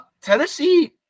Tennessee